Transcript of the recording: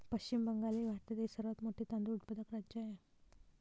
पश्चिम बंगाल हे भारतातील सर्वात मोठे तांदूळ उत्पादक राज्य आहे